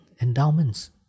endowments